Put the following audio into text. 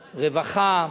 רווחה,